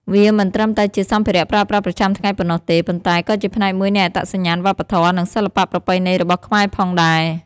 វាមិនត្រឹមតែជាសម្ភារៈប្រើប្រាស់ប្រចាំថ្ងៃប៉ុណ្ណោះទេ ប៉ុន្តែក៏ជាផ្នែកមួយនៃអត្តសញ្ញាណវប្បធម៌ និងសិល្បៈប្រពៃណីរបស់ខ្មែរផងដែរ។